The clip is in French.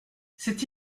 cette